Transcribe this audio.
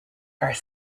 are